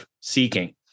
seeking